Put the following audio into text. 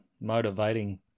motivating